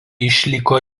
išliko